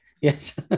Yes